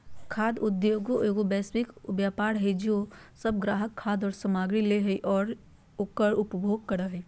खाद्य उद्योगएगो वैश्विक व्यापार हइ जे सब ग्राहक खाद्य सामग्री लय हइ और उकर उपभोग करे हइ